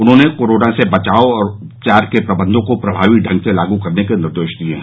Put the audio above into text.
उन्होंने कोरोना से बचाव और उपचार के प्रबन्धों को प्रभावी ढंग से लागू करने के निर्देश दिये हैं